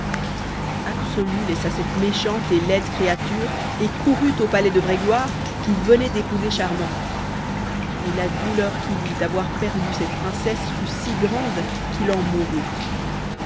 absolu laissa là cette méchante et laide créature et courut au palais de vraie gloire qui venait d'épouser charmant et la douleur qu'il eut d'avoir perdu cette princesse fut si grande qu'il en mourut